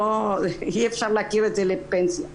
אי אפשר להכיר את זה לפנסיה,